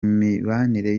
mibanire